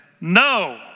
no